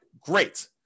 great